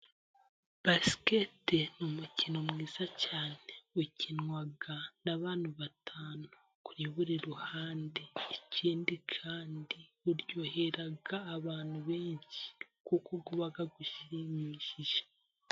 Basiketi ni umukino mwiza cyane ukinwa n'abantu batanu kuri buri ruhande ikindi kandi uryohera abantu benshi kuko uba ushimishije.